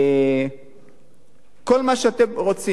כל מה שאתם רוצים.